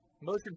Motion